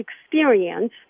experience